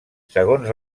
segons